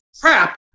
crap